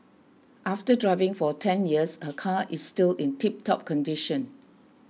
after driving for ten years her car is still in tiptop condition